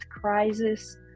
crisis